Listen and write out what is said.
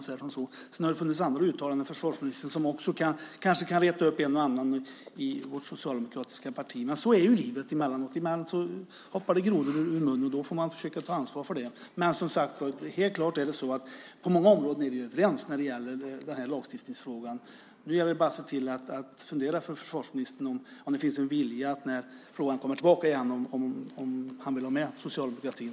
Sedan har det funnits andra uttalanden från försvarsministern som också kanske kan reta upp en och annan i vårt socialdemokratiska parti. Men så är livet emellanåt. Ibland hoppar det grodor ur munnen, och då får man försöka ta ansvar för det. Men, som sagt, helt klart är det så att vi på många områden är överens när det gäller denna lagstiftningsfråga. Nu gäller det bara för försvarsministern att fundera på om han vill ha med socialdemokratin eller inte när frågan kommer tillbaka igen.